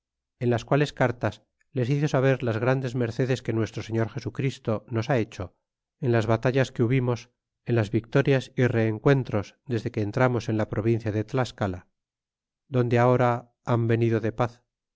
en las quales cartas les hizo saber las grandes mercedes que nuestro señor jesuchristo nos ha hecho en las batallas que hubimos en las victorias y rencuentros desde que entramos en la provincia de tlascala donde ahora han venido de paz